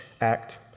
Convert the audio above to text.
Act